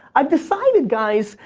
i've decided, guys,